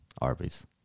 Arby's